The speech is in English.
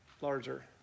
Larger